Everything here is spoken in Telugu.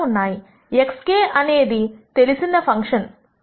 xk అనేది తెలిసింది ఫంక్షన్ తెలిసింది